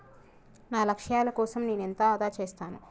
నా లక్ష్యాల కోసం నేను ఎంత ఆదా చేస్తాను?